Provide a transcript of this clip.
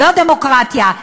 לא דמוקרטיה.